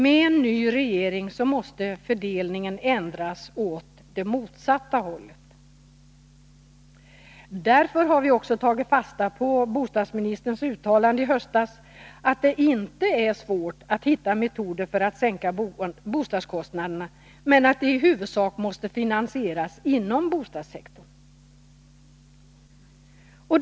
Med en ny regering måste fördelningen ändras åt det motsatta hållet. Därför har vi också tagit fasta på bostadsministerns uttalande i höstas att det inte är svårt att hitta metoder för att sänka bostadskostnaderna men att de i huvudsak måste finansieras inom bostadssektorn.